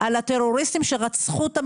על הטרוריסטים שרצחו את המשפחה,